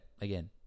again